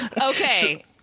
Okay